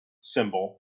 symbol